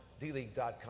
dleague.com